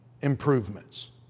improvements